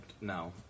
No